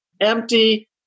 empty